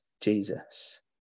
Jesus